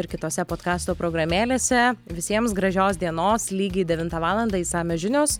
ir kitose podkasto programėlėse visiems gražios dienos lygiai devintą valandą išsamios žinios